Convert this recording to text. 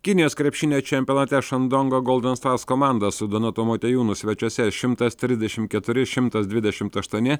kinijos krepšinio čempionate šandongo goldon stars komanda su donatu motiejūnu svečiuose šimtas trisdešimt keturi šimtas dvidešimt aštuoni